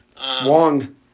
Wong